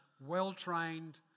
well-trained